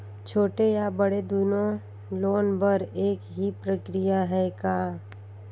छोटे या बड़े दुनो लोन बर एक ही प्रक्रिया है का?